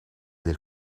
del